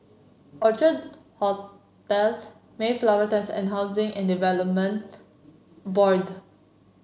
Orchard Hotel Mayflower Terrace and Housing and Development Board